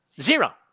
Zero